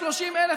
אין.